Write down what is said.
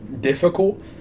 difficult